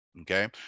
okay